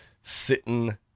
Sitting